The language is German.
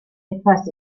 etwas